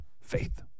faith